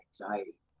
anxiety